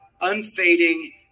unfading